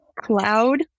cloud